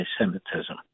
anti-Semitism